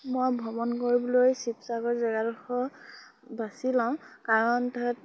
মই ভ্ৰমণ কৰিবলৈ শিৱসাগৰ জেগাডোখৰ বাছি লওঁ কাৰণ তাত